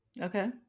Okay